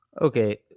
Okay